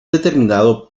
determinado